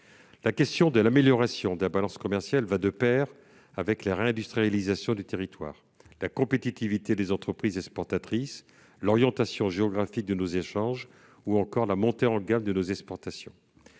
La question de l'amélioration de la balance commerciale va de pair avec celles de la réindustrialisation des territoires, de la compétitivité des entreprises exportatrices, de l'orientation géographique de nos échanges ou encore de la montée en gamme de nos exportations.